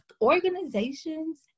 organizations